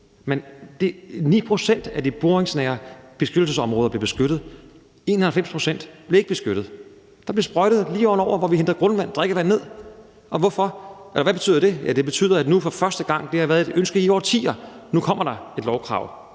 9 pct. af de boringsnære beskyttelsesområder blev beskyttet, mens 91 pct. ikke blev beskyttet. Der blev sprøjtet lige oven over, hvor vi henter grundvand, drikkevand. Hvad betyder det? Det betyder, at nu kommer der for første gang – det har været et ønske i årtier – et lovkrav.